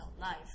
life